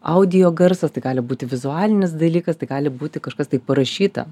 audio garsas tai gali būti vizualinis dalykas tai gali būti kažkas tai parašyta